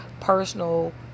personal